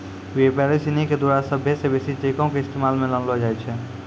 व्यापारी सिनी के द्वारा सभ्भे से बेसी चेको के इस्तेमाल मे लानलो जाय छै